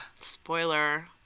Spoiler